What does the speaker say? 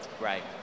Right